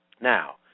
Now